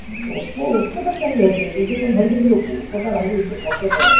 Oppo ଓପୋଟା କାଇଁ ଧରିବେ ଜେଜେ କ'ଣ ଧରିପାରିବେ ଓପୋ ଓପୋଟା ଭାରି କଷ୍ଟକର